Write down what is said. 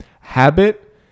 habit